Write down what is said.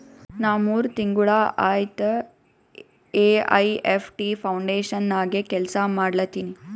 ನಾ ಮೂರ್ ತಿಂಗುಳ ಆಯ್ತ ಎ.ಐ.ಎಫ್.ಟಿ ಫೌಂಡೇಶನ್ ನಾಗೆ ಕೆಲ್ಸಾ ಮಾಡ್ಲತಿನಿ